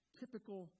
typical